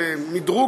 למדרוג,